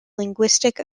linguistic